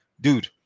Dude